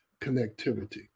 connectivity